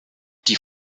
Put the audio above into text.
die